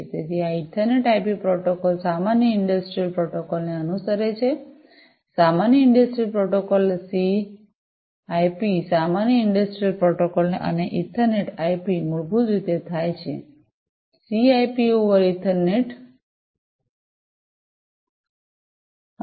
તેથી આ ethernet IP protocol સામાન્ય ઇંડસ્ટ્રિયલ પ્રોટોકોલને અનુસરે છે સામાન્ય ઇંડસ્ટ્રિયલ પ્રોટોકોલ સીઆઈપી સામાન્ય ઇંડસ્ટ્રિયલ પ્રોટોકોલ અને ઇથરનેટ આઇપી મૂળભૂત રીતે થાય છે CIP over ethernet CIP over ethernet